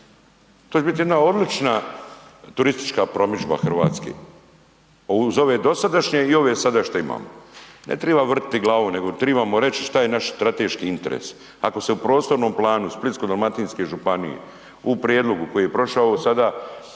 To će biti jedna odlična turistička promidžba Hrvatske. Uz ove dosadašnje i ove sada što imamo. Ne triba vrtiti glavom nego tribamo reći šta je naš strateški interes. Ako se u prostornom planu Splitsko-dalmatinske županije u prijedlogu koji je prošao sada